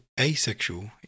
asexual